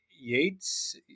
Yates